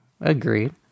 Agreed